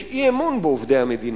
יש אי-אמון בעובדי המדינה.